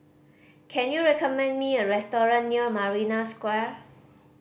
can you recommend me a restaurant near Marina Square